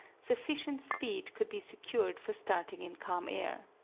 sufficient speed could be secured for starting in calm air.